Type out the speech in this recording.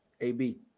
AB